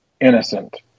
innocent